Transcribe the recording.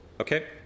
Okay